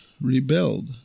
rebelled